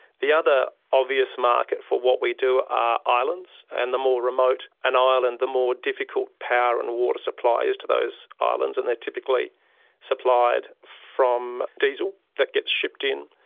the other obvious market for what we do are islands, and the more remote an island, the more difficult power and water supply is to those islands, and they are typically supplied from diesel that gets shipped in.